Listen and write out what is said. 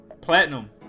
platinum